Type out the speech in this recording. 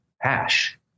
hash